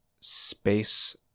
space